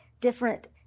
different